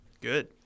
Good